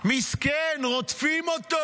מסכן, רודפים אותו.